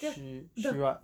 she she [what]